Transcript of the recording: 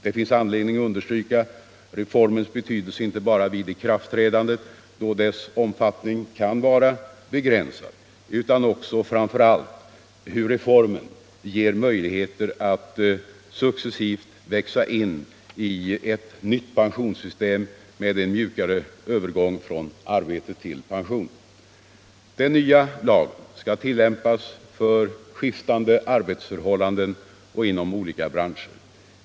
Det finns anledning understryka inte bara reformens betydelse vid ikraftträdandet, då dess omfattning kan vara begränsad, utan också och framför allt hur reformen ger möjligheter att successivt växa in i ett nytt pensionssystem med en mjukare övergång från arbete till pension. Den nya lagen skall tillämpas för skiftande arbetsförhållanden och inom olika branscher.